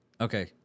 Okay